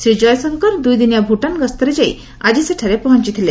ଶ୍ରୀ କୟଶଙ୍କର ଦୁଇଦିନିଆ ଭୁଟାନ୍ ଗସ୍ତରେ ଯାଇ ଆକି ସେଠାରେ ପହଞ୍ଚଥିଲେ